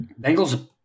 Bengals